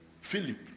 philip